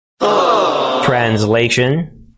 Translation